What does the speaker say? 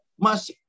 mas